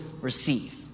receive